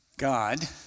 God